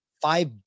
five